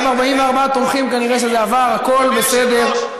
אם 44 תומכים, זה כנראה עבד, הכול בסדר.